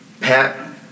Pat